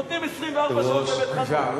נותנים 24 שעות לבית-חנון.